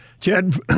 Chad